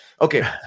Okay